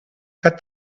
cut